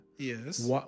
Yes